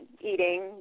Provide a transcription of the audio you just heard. eating